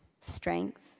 strength